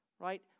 Right